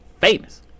Famous